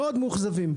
מאוד מאוכזבים.